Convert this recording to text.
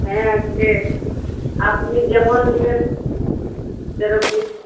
হ্যাঁ আছে আপনি যেমন নেবেন সেরকমই পাবে